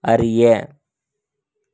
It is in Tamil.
அறிய